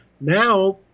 now